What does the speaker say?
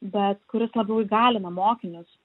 bet kuris labiau įgalina mokinius